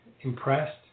impressed